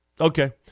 okay